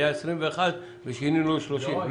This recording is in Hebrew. היה 21 ימים ושינינו ל-30.